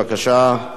בבקשה.